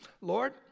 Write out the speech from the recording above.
Lord